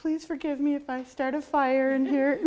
please forgive me if i start a fire in here